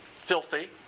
filthy